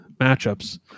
matchups